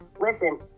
listen